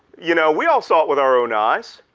you know we all saw it with our own eyes.